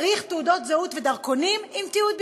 צריך תעודות זהות ודרכונים עם תיעוד ביומטרי.